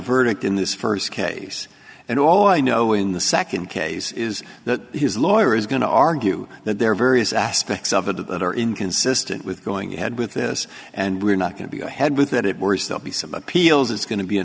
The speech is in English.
verdict in this first case and all i know in the second case is that his lawyer is going to argue that there are various aspects of it that are inconsistent with going ahead with this and we're not going to go ahead with that it worse they'll be some appeals it's going to be a